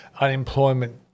unemployment